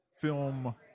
film